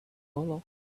hollow